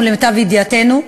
ולמיטב ידיעתנו,